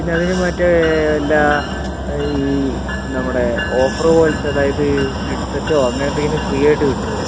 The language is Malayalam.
പിന്നതിന് മറ്റേ ലാ ഈ നമ്മുടെ ഓഫറ് പോലത്തെ അതായത് ഹെഡ്സെറ്റോ അങ്ങനെന്തേലും ഫ്രീ ആയിട്ട് കിട്ടുവോ